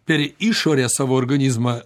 per išorę savo organizmą